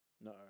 No